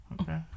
Okay